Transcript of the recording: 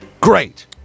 great